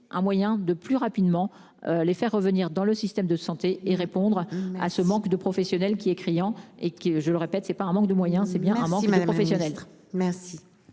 un moyen de plus rapidement les faire revenir dans le système de santé et répondre à ce manque de professionnels qui est criant et qui je le répète c'est pas un manque de moyens c'est bien mardi professionnel. Merci. Même si le